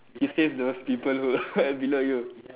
he saved those people who are below you